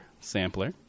sampler